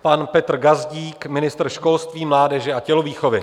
Pan Petr Gazdík, ministr školství, mládeže a tělovýchovy.